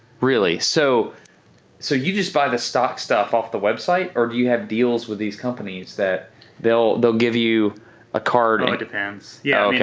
really. so so you just buy the stock stuff off the website or do you have deals with these companies that they'll they'll give you a card? oh, it depends. yeah, yeah